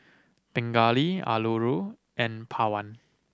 Pingali Alluri and Pawan